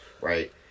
right